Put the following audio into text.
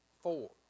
four